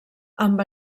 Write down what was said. amb